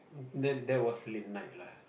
that that was late night lah